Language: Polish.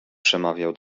przemawiał